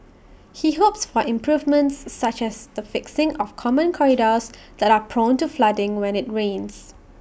he hopes for improvements such as the fixing of common corridors that are prone to flooding when IT rains